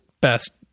best